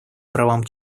правам